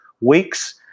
weeks